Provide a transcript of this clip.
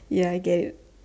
ya I get it